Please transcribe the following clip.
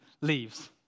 leaves